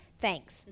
thanks